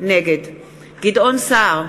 נגד גדעון סער,